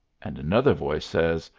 and another voice says,